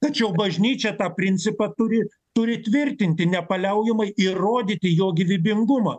tačiau bažnyčia tą principą turi turi tvirtinti nepaliaujamai įrodyti jo gyvybingumą